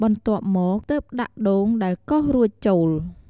បន្ទាប់មក ទើបដាក់ដូងដែលកោសរួចចូល។